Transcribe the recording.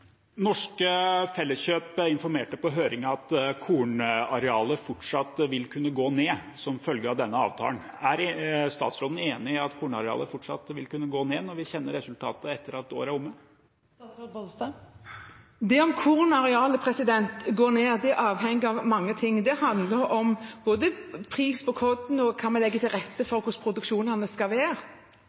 Norske Felleskjøp informerte på høringen om at kornarealet fortsatt vil kunne gå ned som følge av denne avtalen. Er statsråden enig i at kornarealet fortsatt vil kunne gå ned, når vi kjenner resultatet etter at året er omme? Om kornarealet går ned eller ei, avhenger av mange ting. Det handler om både pris på korn og hvordan vi legger til rette for at produksjonene skal være.